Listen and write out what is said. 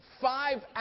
five